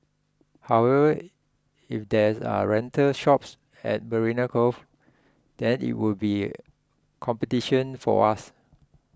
however if there are rental shops at Marina Cove then it would be competition for us